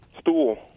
stool